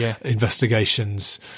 investigations